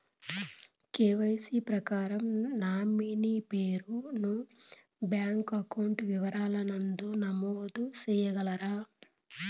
KYC ప్రకారం nominee పేరు ను బ్యాంకు అకౌంట్ వివరాల నందు నమోదు సేయగలరా?